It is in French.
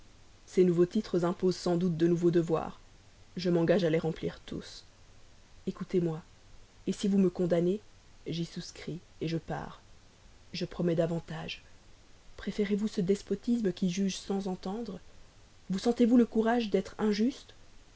ces nouveaux titres imposent sans doute de nouveaux devoirs je m'engage à les remplir tous ecoutez-moi si vous me condamnez j'y souscris je pars je promets davantage préférez-vous ce despotisme qui juge sans entendre vous sentez-vous le courage d'être injuste